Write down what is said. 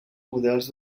models